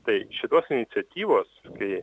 tai šitos iniciatyvos kai